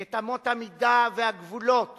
את אמות המידה והגבולות